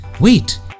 wait